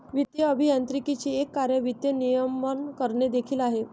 वित्तीय अभियांत्रिकीचे एक कार्य वित्त नियमन करणे देखील आहे